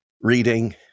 reading